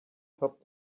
topped